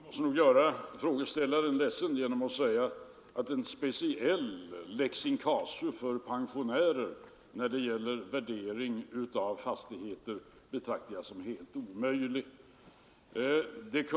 Herr talman! Jag måste nog göra frågeställaren ledsen genom att säga att jag betraktar en speciell lex in casu för pensionärer när det gäller värderingen av fastigheter som helt omöjlig.